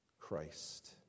Christ